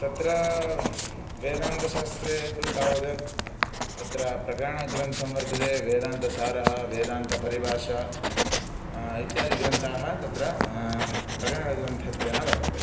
तत्रा वेदान्तशास्त्रे तु तावद् तत्र प्रकरणग्रन्थं वर्तते वेदान्तसारः वेदान्तपरिभाषा इत्यादिग्रन्थाः तत्र प्रकरणग्रन्थत्वेन वर्तन्ते